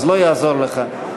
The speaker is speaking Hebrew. אז לא יעזור לך.